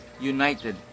united